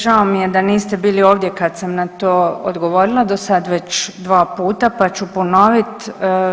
Žao mi je da niste bili ovdje kad sam na to odgovorila, do sad već dva puta pa ću ponovit.